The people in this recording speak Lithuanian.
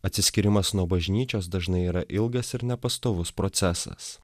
atsiskyrimas nuo bažnyčios dažnai yra ilgas ir nepastovus procesas